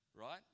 right